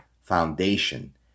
Foundation